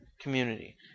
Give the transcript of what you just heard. community